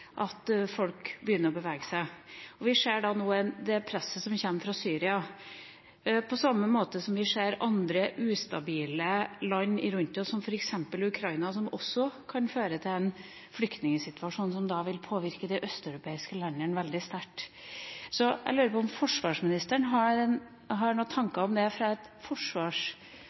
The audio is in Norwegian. at folk begynner å bevege seg. Vi ser nå det presset som kommer fra Syria, på samme måte som vi ser andre ustabile land rundt oss, som f.eks. Ukraina, som også kan føre til en flyktningsituasjon som da vil påvirke de østeuropeiske landene veldig sterkt. Så jeg lurer på om forsvarsministeren har noen